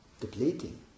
depleting